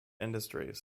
industries